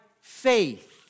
faith